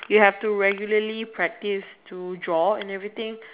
you have to regularly practice to draw and everything